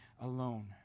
alone